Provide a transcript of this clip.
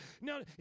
No